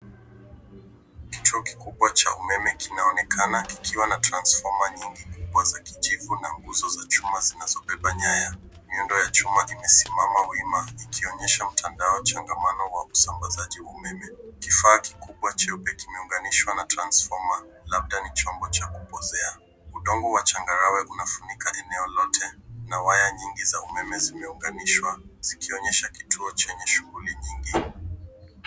Kituo kikubwa cha umeme kinaonekana kikiwa na transfoma nyingi kubwa za kijivu na nguzo za chuma zinazobeba nyaya. Miundo ya chuma imesimama wima ikionyesha mtandao changamano wa usambazaji wa umeme. Kifaa kikubwa cheupe kimeunganishwa na transfoma, labda ni chombo cha kupozea. Udongo wa changarawe unafunika eneo lote na waya nyingi za umeme zimeunganishwa zikionyesha kituo chenye shughuli nyingi.